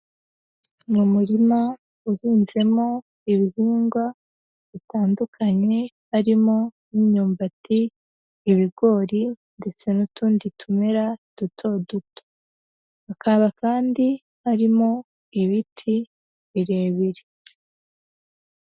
Mu murima uhinzemo ibihingwa bitandukanye, harimo nk'imyumbati, ibigori, ndetse n'utundi tumera duto duto, hakaba kandi harimo ibiti birebire.